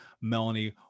Melanie